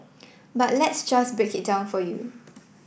but let's just break it down for you